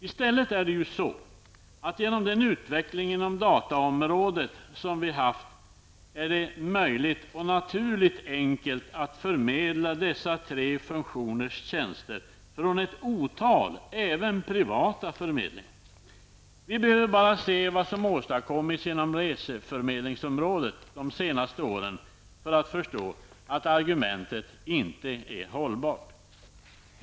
I stället är det ju så, att genom den utveckling inom dataområdet som vi haft är det ju möjligt och naturligt enkelt att förmedla dessa tre funktioners tjänster från ett otal även privata förmedlingar. Vi behöver bara se vad som åstadkommits inom reseförmedlingsområdet de senaste åren för att förstå att argumentet inte är hållbart.